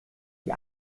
die